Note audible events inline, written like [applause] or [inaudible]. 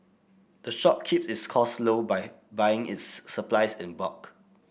the shop keeps its costs low by buying its [unintelligible] supplies in bulk